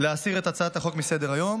להסיר את הצעת החוק מסדר-היום.